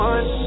One